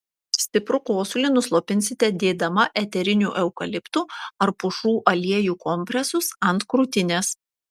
stiprų kosulį nuslopinsite dėdama eterinių eukaliptų ar pušų aliejų kompresus ant krūtinės